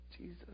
Jesus